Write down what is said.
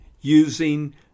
using